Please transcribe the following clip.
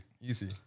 easy